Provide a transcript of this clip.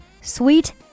Sweet